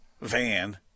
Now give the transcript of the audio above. van